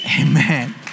Amen